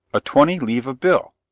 a twenty leva bill!